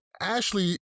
Ashley